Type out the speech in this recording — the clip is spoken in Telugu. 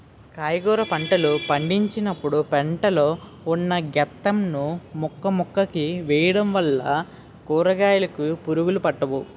కాయగుర పంటలు పండించినపుడు పెంట లో ఉన్న గెత్తం ను మొక్కమొక్కకి వేయడం వల్ల కూరకాయలుకి పురుగులు పట్టవు